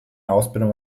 ausbildung